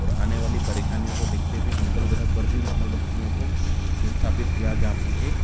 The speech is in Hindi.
और आने वाली परेशानियों को देखते हुए मंगल ग्रह पर भी मानव बस्तियों को विस्थापित किया जा सके